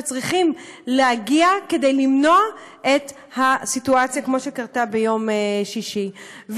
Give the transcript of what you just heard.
שצריכים להגיע כדי למנוע את הסיטואציה שקרתה ביום שישי.